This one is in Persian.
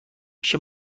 پیش